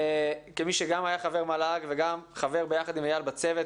כמי שגם היה חבר מל"ג וגם חבר ביחד עם איל בצוות